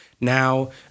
Now